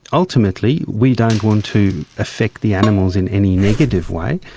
ultimately we don't want to effect the animals in any negative way.